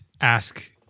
ask